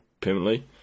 permanently